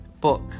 book